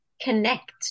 connect